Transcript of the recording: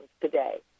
today